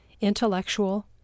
Intellectual